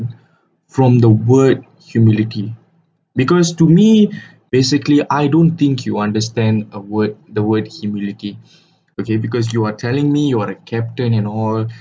from the word humility because to me basically I don't think you understand a word the word humidity okay because you are telling me you are a captain and all